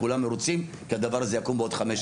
כולם מרוצים כי הדבר הזה יקום בעוד חמש,